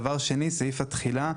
דבר שני סעיף התחילה.